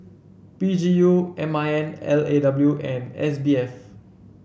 P G U M I N L A W and S B F